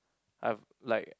I've like